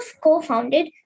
co-founded